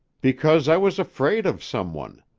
because i was afraid of some one.